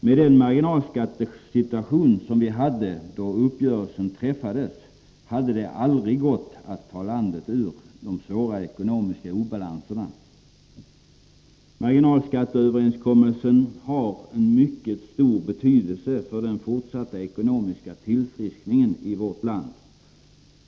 Med den marginalskattesituation som vi hade då uppgörelsen träffades hade det aldrig gått att ta landet ur de svåra ekonomiska obaianserna. Marginalskatteöverenskommelsen har en mycket stor betydelse för det fortsatta ekonomiska tillfrisknandet i vårt land.